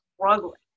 struggling